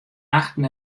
achten